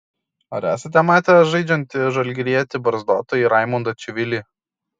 ar esate matęs žaidžiantį žalgirietį barzdotąjį raimundą čivilį